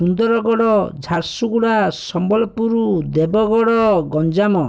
Sundargarh Jharsuguda Sambalpur Deogarh Ganjam